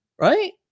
right